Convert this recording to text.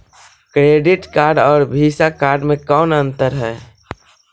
Credit card और Visa card मे कौन अन्तर है?